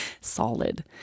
solid